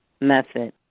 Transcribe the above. method